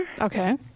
Okay